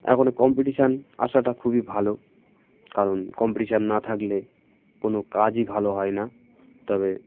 এখন কম্পিটিশান আসাটা খুবই ভালো কারণ কম্পিটিশান না থাকলে কোনো কাজই ভালো হয় না তবে